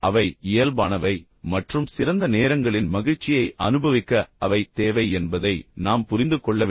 அவை இயல்பானவை மற்றும் சிறந்த நேரங்களின் மகிழ்ச்சியை அனுபவிக்க அவை தேவை என்பதை நாம் புரிந்து கொள்ள வேண்டும்